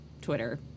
Twitter